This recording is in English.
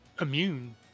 immune